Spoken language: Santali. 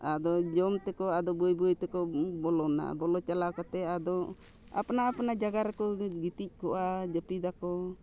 ᱟᱫᱚ ᱡᱚᱢ ᱛᱮᱠᱚ ᱟᱫᱚ ᱵᱟᱹᱭ ᱵᱟᱹᱭ ᱛᱮᱠᱚ ᱵᱚᱞᱚᱱᱟ ᱵᱚᱞᱚ ᱪᱟᱞᱟᱣ ᱠᱟᱛᱮᱜ ᱟᱫᱚ ᱟᱯᱱᱟ ᱟᱯᱱᱟ ᱡᱟᱭᱜᱟ ᱨᱮᱠᱚ ᱜᱤᱛᱤᱡ ᱠᱚᱜᱼᱟ ᱡᱟᱹᱯᱤᱫᱟᱠᱚ